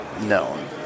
known